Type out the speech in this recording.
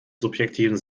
subjektiven